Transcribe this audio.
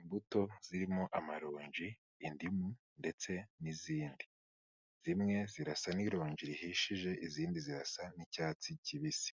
Imbuto zirimo amaronji, indimu ndetse n'izindi. Zimwe zirasa n'irongi rihishije, izindi zirasa n'icyatsi kibisi.